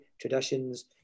traditions